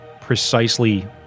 precisely